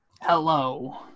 Hello